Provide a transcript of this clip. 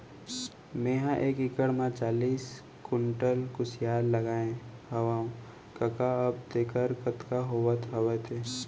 मेंहा एक एकड़ म चालीस कोंटल कुसियार लगाए हवव कका अब देखर कतका होवत हवय ते